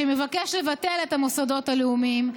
שמבקש לבטל את המוסדות הלאומיים,